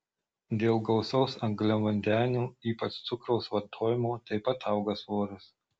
dėl gausaus angliavandenių ypač cukraus vartojimo taip pat auga svoris